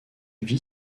vit